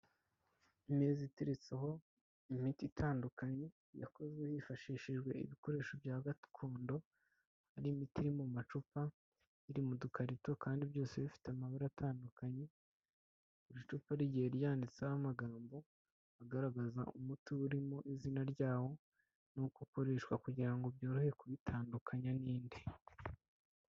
Imeza iteretseho imiti itandukanye yakozwe hifashishijwe ibikoresho bya gakondo.